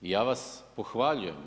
I ja vas pohvaljujem.